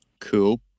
Cool